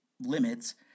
limits